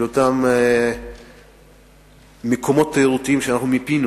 אותם מקומות תיירותיים שאנחנו מיפינו